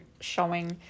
showing